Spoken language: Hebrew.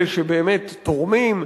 אלה שבאמת תורמים,